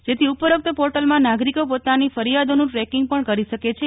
જેથી ઉપરોકત પોર્ટલમાં નાગરિકો પોતાની ફરિયાદોનું ટ્રેકીંગ પણ કરી શકે છે